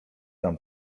tam